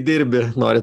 dirbi norit